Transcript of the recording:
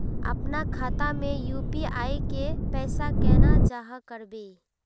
अपना खाता में यू.पी.आई के पैसा केना जाहा करबे?